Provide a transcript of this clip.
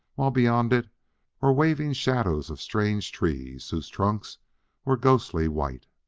while beyond it were waving shadows of strange trees whose trunks were ghostly white.